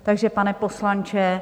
Takže pane poslanče...